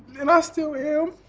and i still am.